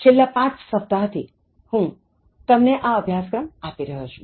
છેલ્લાં પાંચ સપ્તાહ થી હું તમને આ અભ્યાસક્રમ આપી રહ્યો છું